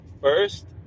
first